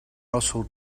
also